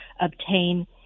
obtain